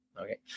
okay